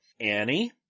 Annie